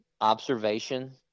observation